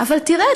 אבל תראה,